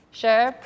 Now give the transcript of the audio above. sure